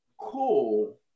cool